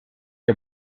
are